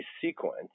sequence